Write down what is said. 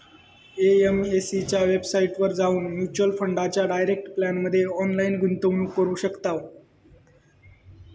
AMC च्या वेबसाईटवर जाऊन म्युच्युअल फंडाच्या डायरेक्ट प्लॅनमध्ये ऑनलाईन गुंतवणूक करू शकताव